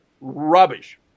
rubbish